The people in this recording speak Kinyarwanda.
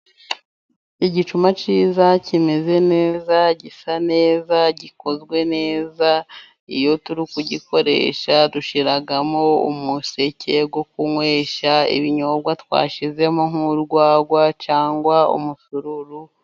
Igicuma kiza，kimeze neza，gisa neza， gikozwe neza，iyo turi kugikoresha，tugishyiramo umuseke wo kunywesha， ibinyobwa twashyizemo，nk'urwagwa，cyangwa umusururu.